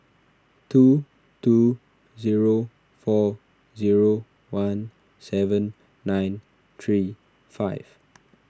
two two zero four zero one seven nine three five